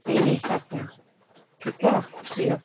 इन जे हिसाबु सां ठीकु आहे ॿियो